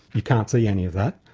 you can't see any of that,